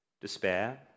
despair